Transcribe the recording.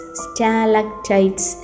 stalactites